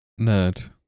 nerd